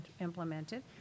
implemented